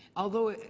although,